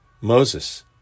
Moses